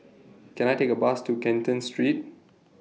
Can I Take A Bus to Canton Street